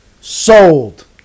Sold